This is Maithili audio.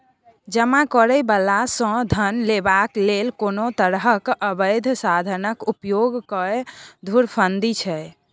जमा करय बला सँ धन लेबाक लेल कोनो तरहक अबैध साधनक उपयोग बैंक धुरफंदी छै